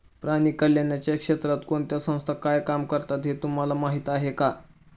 प्राणी कल्याणाच्या क्षेत्रात कोणत्या संस्था काय काम करतात हे तुम्हाला माहीत आहे का?